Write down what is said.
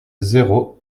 zéro